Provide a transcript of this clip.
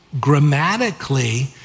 Grammatically